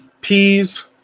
Peas